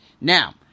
Now –